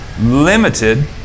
limited